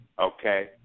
okay